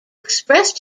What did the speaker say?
expressed